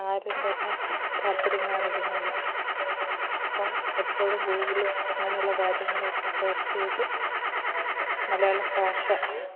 ആരുംതന്നെ താൽപ്പര്യം കാണിക്കുന്നില്ല അപ്പം എപ്പോഴും ഗൂഗിളിലും അങ്ങനെയുള്ള കാര്യങ്ങളൊക്കെ സെർച്ച് ചെയ്ത് മലയാളഭാഷ